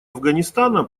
афганистана